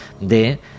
de